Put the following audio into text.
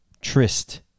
tryst